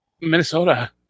Minnesota